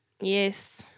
Yes